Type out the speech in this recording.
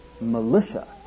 militia